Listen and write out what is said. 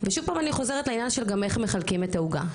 ושוב פעם אני חוזרת לעניין של גם איך מחלקים את העוגה,